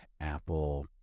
Apple